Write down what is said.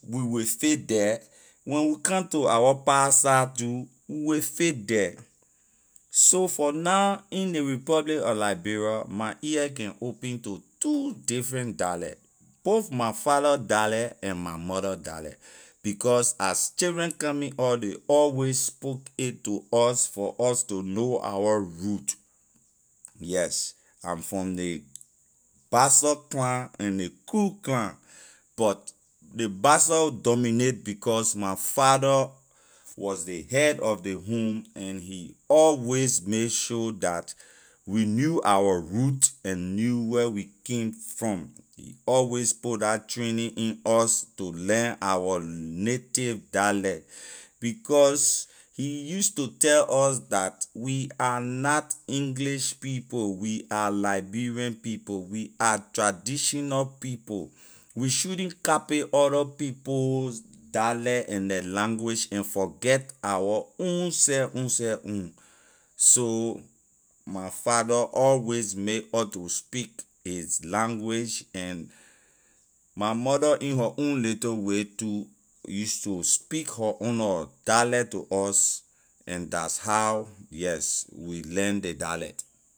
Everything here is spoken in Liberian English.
We will fit the when we come to our pa side too we will fit the so for now in ley republic of liberia my ear can open to two different dialect both my father dialect and my mother dialect because as children coming up ley always spoke it to us for us to know our root yes i’m from ley bassa clan and ley kru clan but ley bassa dominate because my father was ley head of ley home and he always make sure that we knew our root and knew where we came from he always put la training in us to learn our native dialect because he use to tell us that we are not english people we are liberian people we are traditional people we shouldn’t copy other people dialect and la language and forget our own seh own seh own so my father always make us to speak his language and my mother in her own little way too use to speak her own nor dialect to us and that’s how yes we learn the dialect.